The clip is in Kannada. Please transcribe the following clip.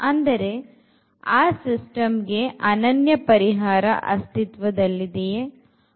ಅಂದರೆ ಆ ಸಿಸ್ಟಮ್ ಗೆ ಅನನ್ಯ ಪರಿಹಾರ ಅಸ್ಥಿತ್ವದಲ್ಲಿದೆಯೇ